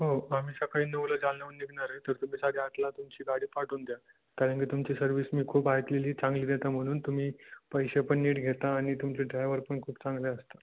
हो आम्ही सकाळी नऊला जालन्यावरून निघणार आहे तर तुम्ही साडेआठला तुमची गाडी पाठवून द्या कारण मी तुमची सर्विस मी खूप ऐकलेली आहे चांगली देता म्हणून तुम्ही पैसे पण नीट घेता आणि तुमचे ड्रायवर पण खूप चांगले असतात